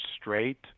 straight